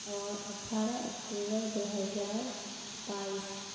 اور اٹھارہ اکٹوبر دو ہزار بائیس